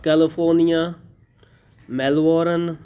California Melbourne